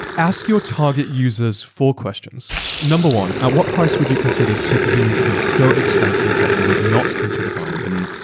ask your target users four questions. number one, at what price would you consider superhuman to be so expensive that you would not consider buying and